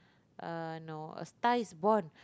uh no A-Star-Is-Born